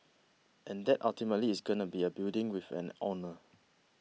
and that ultimately is going to be a building with an owner